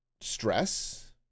stress